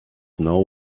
now